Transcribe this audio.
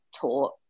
taught